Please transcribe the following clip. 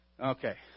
Okay